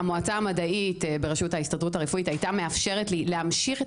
שהמועצה המדעית בראשות ההסתדרות הרפואית הייתה מאפשרת לי להמשיך את